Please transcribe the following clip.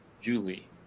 Julie